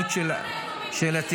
תגיד לי דבר אחד ליתומים.